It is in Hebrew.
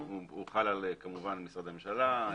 הוא חל כמובן על משרדי ממשלה,